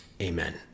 Amen